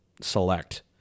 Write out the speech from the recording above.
select